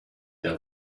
der